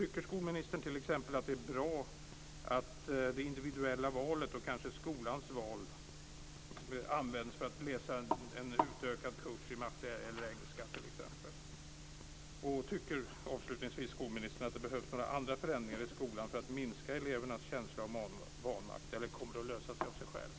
Tycker skolministern t.ex. att det är bra att det individuella valet och kanske skolans val används för att läsa en utökad kurs i matte eller engelska? Avslutningsvis: Tycker skolministern att det behövs några andra förändringar i skolan för att minska elevernas känsla av vanmakt, eller kommer det att lösa sig av sig självt?